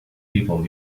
people